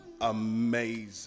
Amazing